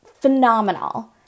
phenomenal